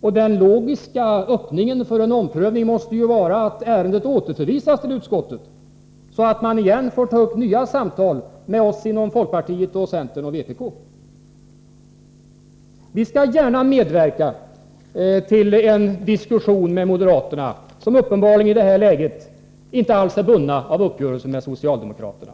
Den logiska öppningen för en omprövning måste ju vara att ärendet återförvisas tillutskottet och att man tar upp nya samtal med oss inom folkpartiet, centern och vpk. Vi skall gärna medverka till en diskussion med moderaterna, som uppenbarligen i det här läget inte alls är bundna av uppgörelsen med socialdemokraterna.